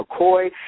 mccoy